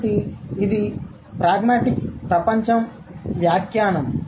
కాబట్టి ఇది వ్యావహారికసత్తావాద ప్రపంచం వ్యాఖ్యానం